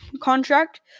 contract